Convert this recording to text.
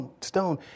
stone